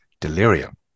delirium